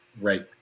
Right